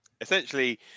Essentially